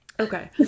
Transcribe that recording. Okay